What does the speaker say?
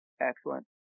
Excellent